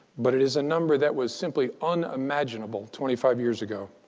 but it is a number that was simply unimaginable twenty five years ago.